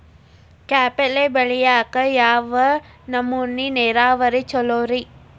ಕಾಯಿಪಲ್ಯ ಬೆಳಿಯಾಕ ಯಾವ ನಮೂನಿ ನೇರಾವರಿ ಛಲೋ ರಿ?